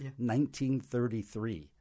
1933